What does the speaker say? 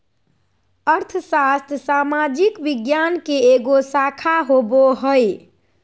अर्थशास्त्र सामाजिक विज्ञान के एगो शाखा होबो हइ